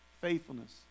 faithfulness